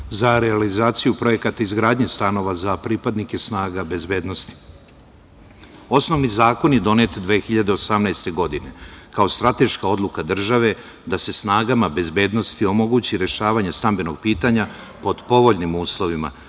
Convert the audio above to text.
za realizaciju projekata izgradnje stanova za pripadnike snaga bezbednosti. Osnovni zakon je donet 2018. godine, kao strateška odluka države da se snagama bezbednosti omogući rešavanje stambenog pitanja pod povoljnim uslovima